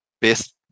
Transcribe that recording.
best